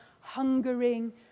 hungering